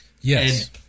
Yes